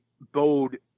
bode